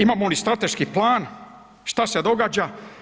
Imamo li strateški plan, šta se događa?